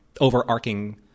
overarching